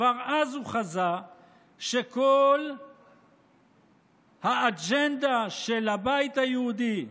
כבר אז הוא חזה שכל האג'נדה של הבית היהודי,